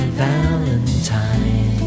valentine